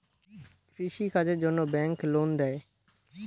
কৃষি কাজের জন্যে ব্যাংক লোন দেয়?